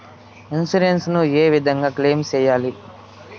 Insurance ఏ విధంగా claim సేయాలి?